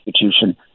institution